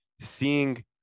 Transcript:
seeing